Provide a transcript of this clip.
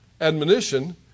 admonition